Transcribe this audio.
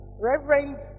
Reverend